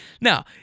now